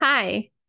Hi